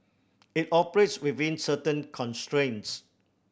it operates within certain constraints